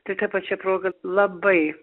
tai ta pačia proga labai